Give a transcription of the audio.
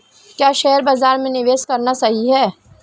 क्या शेयर बाज़ार में निवेश करना सही है?